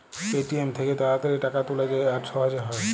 ATM থ্যাইকে তাড়াতাড়ি টাকা তুলা যায় আর সহজে হ্যয়